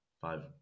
five